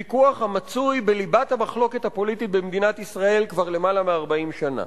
ויכוח המצוי בליבת המחלוקת הפוליטית במדינת ישראל כבר למעלה מ-40 שנה,